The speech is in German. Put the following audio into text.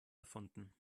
erfunden